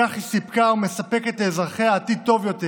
בכך היא סיפקה ומספקת לאזרחיה עתיד טוב יותר,